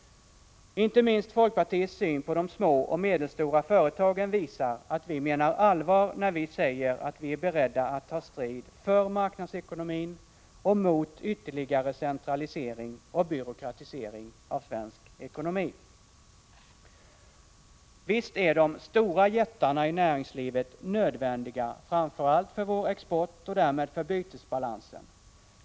Inte minst folkpartiets syn på de små och medelstora företagen visar att vi menar allvar när vi säger att vi är beredda att ta strid för marknadsekonomin och mot en ytterligare centralisering och byråkratisering av svensk ekonomi. Visst är de stora jättarna i näringslivet nödvändiga framför allt för vår export och därmed för bytesbalansen.